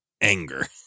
anger